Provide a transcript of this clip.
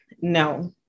No